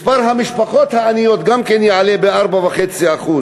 מספר המשפחות העניות גם יעלה ב-4.5%,